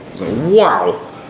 Wow